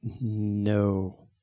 No